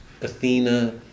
Athena